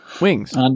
Wings